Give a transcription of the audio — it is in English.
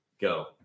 Go